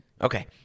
okay